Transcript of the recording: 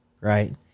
Right